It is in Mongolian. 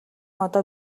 одоо